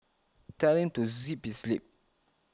tell him to zip his lip